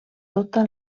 tota